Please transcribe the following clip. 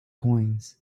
coins